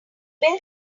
build